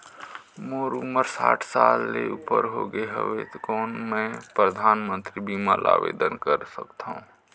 मोर उमर साठ साल ले उपर हो गे हवय त कौन मैं परधानमंतरी बीमा बर आवेदन कर सकथव?